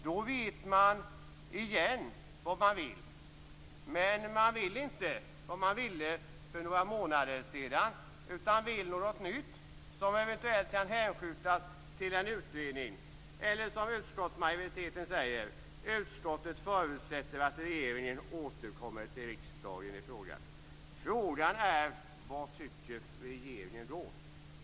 Då vet man vad man vill igen, men man vill inte det man ville för några månader sedan utan något nytt, som eventuellt kan hänskjutas till en utredning. Majoriteten kan också skriva att utskottet förutsätter att regeringen återkommer till riksdagen i frågan. Frågan är vad regeringen tycker då.